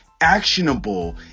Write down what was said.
actionable